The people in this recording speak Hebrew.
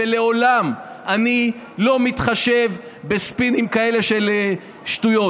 ולעולם אני לא מתחשב בספינים כאלה של שטויות.